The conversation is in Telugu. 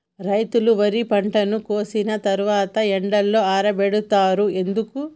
రైతులు వరి పంటను కోసిన తర్వాత ఎండలో ఆరబెడుతరు ఎందుకు?